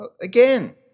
Again